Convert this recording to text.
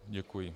Děkuji.